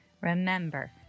remember